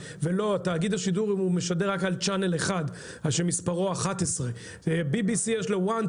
ותאגיד השידור משדר רק על ערוץ אחד שמספרו 11. BBC יש לו ארבע תחנות,